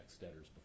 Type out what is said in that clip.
debtors